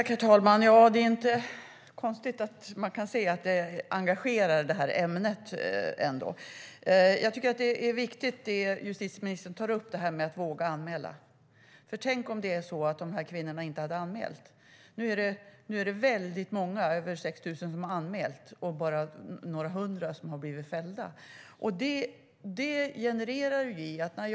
Herr talman! Det är inte konstigt att man kan se att det här ämnet engagerar. Det justitieministern säger om att våga anmäla är viktigt. Tänk om de här kvinnorna inte hade anmält! Det är väldigt många, över 6 000, som har anmält, men det har blivit fällande domar i bara några hundra fall.